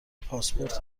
پاسپورت